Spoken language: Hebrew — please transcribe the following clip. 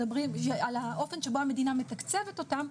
כשמדברים על האופן שבו המדינה מתקצבת אותם,